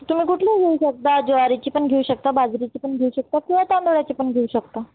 तुम्ही कुठलीही घेऊ शकता ज्वारीची पण घेऊ शकता बाजरीची पण घेऊ शकता किंवा तांदळाची पण घेऊ शकता